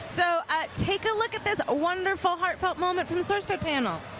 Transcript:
so ah take a look at this ah wonderful heartfelt moment from the sourcefed panel.